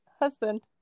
husband